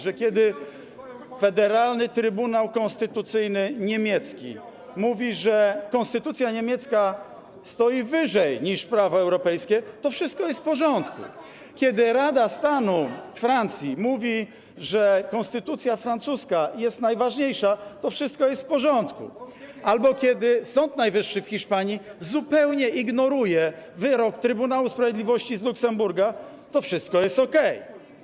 że kiedy niemiecki Federalny Trybunał Konstytucyjny mówi, że konstytucja niemiecka stoi wyżej niż prawo europejskie, to wszystko jest w porządku, kiedy Rada Stanu Francji mówi, że konstytucja francuska jest najważniejsza, to wszystko jest w porządku, albo kiedy Sąd Najwyższy w Hiszpanii zupełnie ignoruje wyrok Trybunału Sprawiedliwości z Luksemburga, to wszystko jest okej.